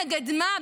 נגד מה?